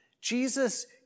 Jesus